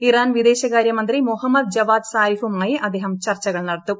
Iran വിദേശകാര്യ മന്ത്രി Mohammad Javad സാരിഫുമായി അദ്ദേഹം ചർച്ചകൾ നടത്തും